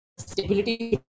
stability